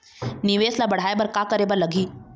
निवेश ला बढ़ाय बर का करे बर लगही?